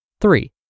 Three